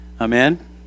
Amen